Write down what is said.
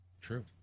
true